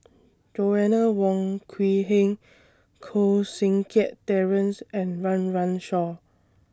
Joanna Wong Quee Heng Koh Seng Kiat Terence and Run Run Shaw